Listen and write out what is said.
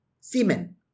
semen